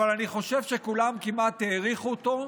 אבל אני חושב שכמעט כולם העריכו אותו.